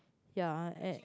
ya and